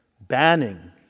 banning